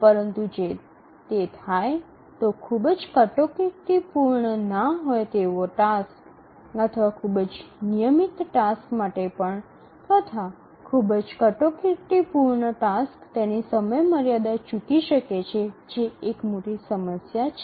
પરંતુ જો તે થાય તો ખૂબ જ કટોકટીપૂર્ણ ના હોય તેવો ટાસ્ક અથવા ખૂબ જ નિયમિત ટાસ્ક માટે પણ તથા ખૂબ જ કટોકટીપૂર્ણ ટાસ્ક તેની સમયમર્યાદા ચૂકી શકે છે જે એક મોટી સમસ્યા છે